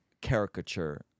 caricature